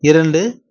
இரண்டு